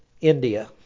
India